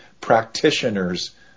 practitioners